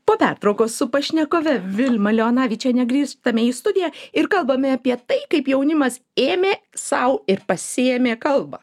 po pertraukos su pašnekove vilma leonavičiene grįžtame į studiją ir kalbame apie tai kaip jaunimas ėmė sau ir pasiėmė kalbą